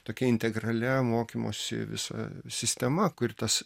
tokia integralia mokymosi visa sistema kur tas